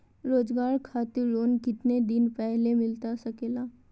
रोजगार खातिर लोन कितने दिन पहले मिलता सके ला?